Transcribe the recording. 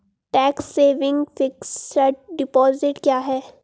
Tax saving fixed deposit क्या है?